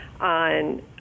on